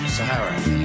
Sahara